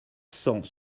cent